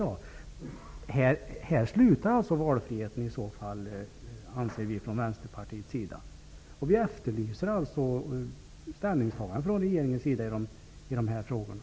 Vi i Vänsterpartiet menar att valfriheten i så fall slutar här, och vi efterlyser ett ställningstagande från regeringens sida i de här frågorna.